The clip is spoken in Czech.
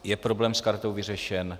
Je problém s kartou vyřešen?